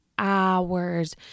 hours